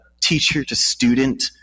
teacher-to-student